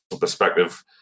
perspective